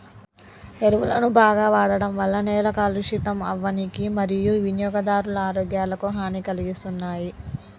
ఎరువులను బాగ వాడడం వల్ల నేల కలుషితం అవ్వనీకి మరియూ వినియోగదారుల ఆరోగ్యాలకు హనీ కలిగిస్తున్నాయి